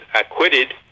acquitted